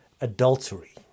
adultery